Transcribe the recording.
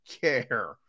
care